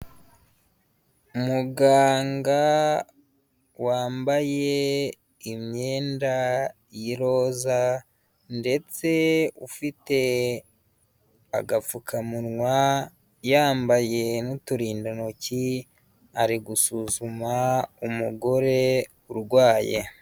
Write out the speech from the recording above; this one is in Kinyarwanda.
Umuganga wambaye imyenda y'iroza ndetse ufite agapfukamunwa, yambaye n'uturindantoki ari gusuzuma umugore urwaye.